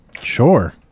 sure